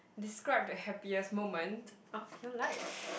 describe the happiest moment of your life